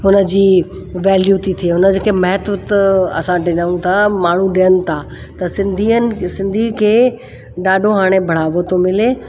हुन जी वैल्यू थी थिए हुन खे महत्व थो असां ॾियूं था माण्हू ॾियनि था त सिंधियुनि त सिंधी खे ॾाढो हाणे बढ़ावो थो मिले